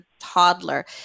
toddler